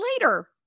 later